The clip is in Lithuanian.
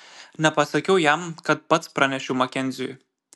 nepasakiau jam kad pats pranešiau makenziui